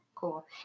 Cool